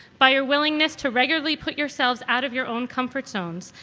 by your willingness to regularly put yourselves out of your own comfort zones,